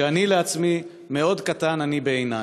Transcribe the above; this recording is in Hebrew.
כשאני לעצמי, מאוד קטן אני בעיני.